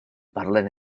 parlen